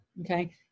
Okay